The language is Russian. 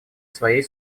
своей